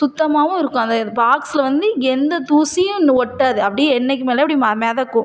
சுத்தமாகவும் இருக்கும் அந்த இது பாக்ஸில் வந்து எந்த தூசியும் ஒட்டாது அப்படியே எண்ணெய்க்கு மேலையே ம மிதக்கும்